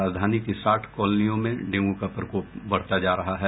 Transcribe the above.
राजधानी की साठ कॉलोनियों में डेंगू का प्रकोप बढ़ता जा रहा है